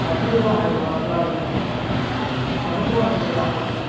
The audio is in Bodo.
हासार बाहायोबा जायो हासार बाहायोबा जायो